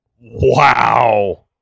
Wow